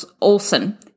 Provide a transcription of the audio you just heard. Olson